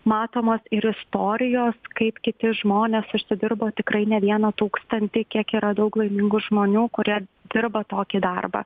matomos ir istorijos kaip kiti žmonės užsidirba tikrai ne vieną tūkstantį kiek yra daug laimingų žmonių kurie dirba tokį darbą